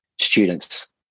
students